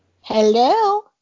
Hello